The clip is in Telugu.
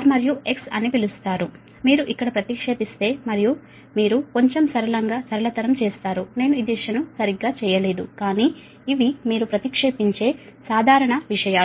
R మరియు X అని పిలుస్తారు మీరు ఇక్కడ ప్రతిక్షేపిస్తే మరియు మీరు కొంచెం సరళంగా సరళతరం చేస్తారు నేను ఈ దశను సరిగ్గా చేయలేదు కానీ ఇవి మీరు ప్రతిక్షేపించే సాధారణ విషయాలు